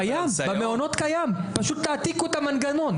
קיים, במעונות קיים, פשוט תעתיקו את המנגנון.